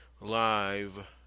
live